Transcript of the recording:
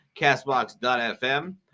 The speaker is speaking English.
CastBox.fm